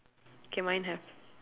K mine have